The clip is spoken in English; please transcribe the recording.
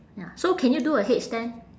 ya so can you do a headstand